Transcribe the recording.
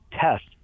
test